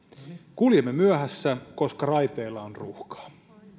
kuljemme myöhässä koska raiteilla on ruuhkaa